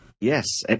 Yes